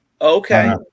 Okay